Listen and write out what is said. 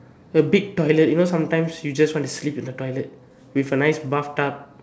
the big toilet you know sometimes you just wanna sleep in the toilet with a nice bathtub